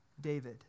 David